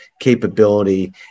capability